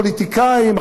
הפוליטיקאים,